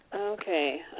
Okay